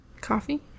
Coffee